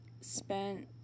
spent